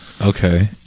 Okay